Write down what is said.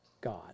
God